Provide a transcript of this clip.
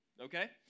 Okay